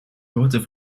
grote